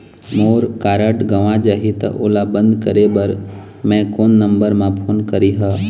मोर card गंवा जाही त ओला बंद करें बर मैं कोन नंबर म फोन करिह?